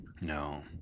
no